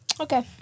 Okay